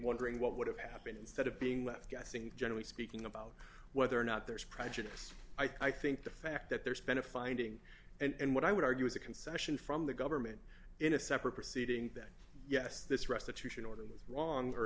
wondering what would have happened instead of being left guessing generally speaking about whether or not there is prejudice i think the fact that there's been a finding and what i would argue is a concession from the government in a separate proceeding that yes this restitution order was wrong or